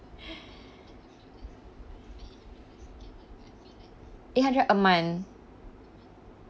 eight hundred a month